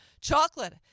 chocolate